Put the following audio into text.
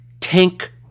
tank